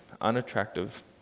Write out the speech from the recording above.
unattractive